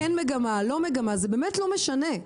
כן מגמה, לא מגמה, זה באמת לא משנה.